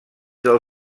del